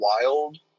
wild